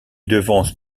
devance